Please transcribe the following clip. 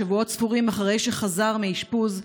שבועות ספורים אחרי שחזר מאשפוז,